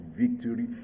victory